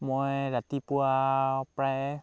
মই ৰাতিপুৱা প্ৰায়